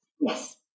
Yes